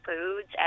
foods